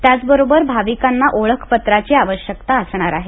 त्याचबरोबर भाविकांना ओळखपत्राची आवश्यकता असणार आहे